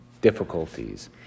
difficulties